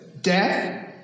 death